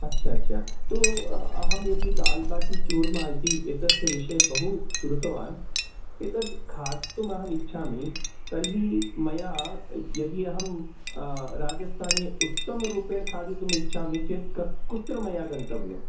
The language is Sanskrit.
अच्चा अच्चा तु अहं यदि दाल्बाटिचूर्मा इति एतस्य विषये बहु श्रुतवान् एतद् खादितुमहमिच्छामि तर्हि मया यदि अहं राजस्थाने उत्तमरूपेण खादितुमिच्छामि चेत् कुत्र मया गन्तव्यम्